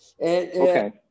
Okay